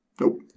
Nope